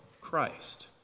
Christ